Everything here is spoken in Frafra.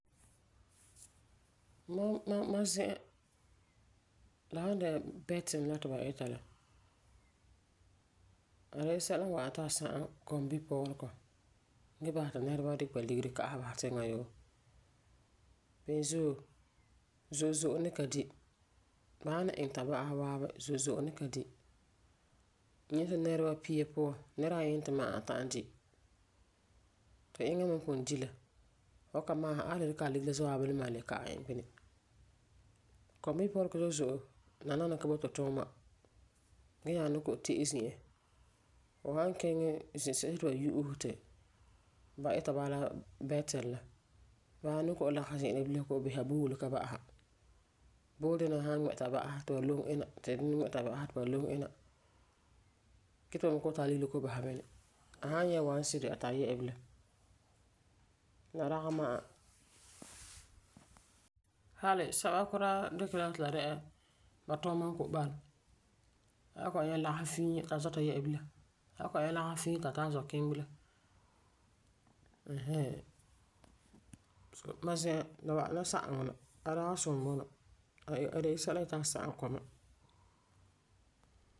Mam mam mam zi'an, la san dɛna betting la ti ba ita la, a de la sɛla n wa'am na ti a sagum kɔmbipɔɔlegɔ ge basɛ ti nɛreba dikɛ ba ligeri ka'asɛ basɛ tiŋa yoo. Beni zuo, zo'e zo'e ni ka di. Ba san iŋɛ ta ba'asɛ waabi zo'e zo'e ni ka di. N yeti nɛreba pia puan, nɛra ayima ma'a ta'am di. Ti eŋa me n pugum di la, fu san ka maasum a wan le dikɛ a ligeri la za'a waabi le maan le ka'ɛ iŋɛ bini. Kɔmbipɔɔlegɔ zo'e zo'e nanana ka boti tuuma ge nyaa ni te'e zi'a. Fu san kiŋɛ zisesi ti ba yu'use ti ba ita bala betting, ba nyaa ni kɔ'ɔm lagesɛ zi'a la bilam kɔ'ɔm bisa boole ka ba'asa. Booledina san ŋmɛ ta ba'asɛ ti ba loŋe ina ti dini ŋmɛ ta ba'asɛ ti ba loŋe ina. Ge ti ba me kɔ'ɔm tara ligeri la kɔ'ɔm basera bini. A san nyɛ 1 cedi, q tari yɛ'ɛsa la bilam. la dagi ma'a. Hali sɛba kuraa dikɛ la ti la dɛna la ba tuuma n kɔ'ɔm bala. A san kɔ'ɔm nyɛ lagefɔ fiin, a tari zɔta yɛ'ɛsa la bilam. A san kɔ'ɔm nyɛ lagefɔ fiin, ti a tari zɔ kiŋɛ bilam ɛɛn hɛɛn. Mam zi'an a wa'am la sageŋɔ la. A dagi sum bunɔ. A a de'e sɛla n yeti a sagum kɔma.